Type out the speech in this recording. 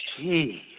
Jeez